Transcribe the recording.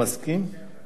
לאיזו ועדה?